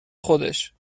خودش